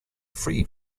free